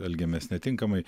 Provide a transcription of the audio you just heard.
elgiamės netinkamai